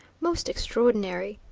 most extraordinary.